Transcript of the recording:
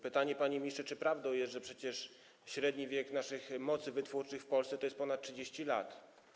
Pytanie, panie ministrze: Czy prawdą jest, że średni wiek naszych mocy wytwórczych w Polsce to ponad 30 lat?